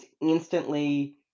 instantly